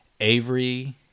Avery